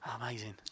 amazing